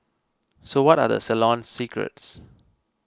so what are the salon's secrets